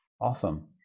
Awesome